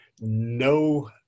no